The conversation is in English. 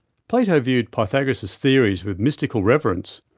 plato viewed pythagoras' theories with mystical reverence.